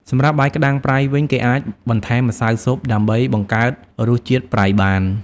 សម្រាប់បាយក្តាំងប្រៃវិញ គេអាចបន្ថែមម្សៅស៊ុបដើម្បីបង្កើតរសជាតិប្រៃបាន។